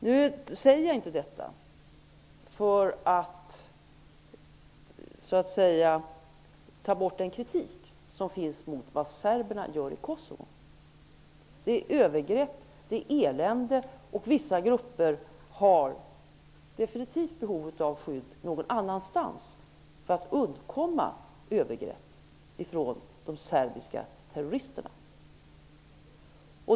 Jag säger inte detta för att på något sätt mildra kritiken mot vad serberna gör i Kosovo. Där sker övergrepp, och där är elände. Vissa grupper har definitivt behov av att få skydd någon annanstans för att undkomma övergrepp av de serbiska terroristerna.